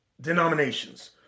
denominations